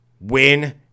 win